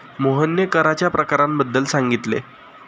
मोहनने कराच्या प्रकारांबद्दल सांगितले